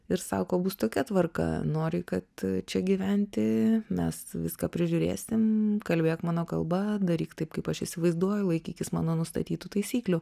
ir sako bus tokia tvarka nori kad čia gyventi mes viską prižiūrėsim kalbėk mano kalba daryk taip kaip aš įsivaizduoju laikykis mano nustatytų taisyklių